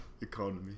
economy